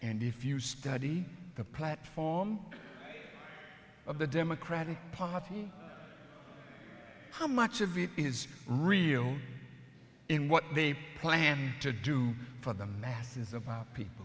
and if you study the platform of the democratic party how much of it is real in what they plan to do for the masses of people